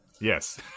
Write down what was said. Yes